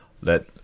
let